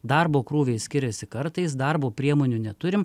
darbo krūviai skiriasi kartais darbo priemonių neturim